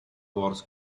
wars